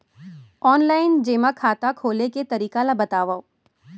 Online जेमा खाता खोले के तरीका ल बतावव?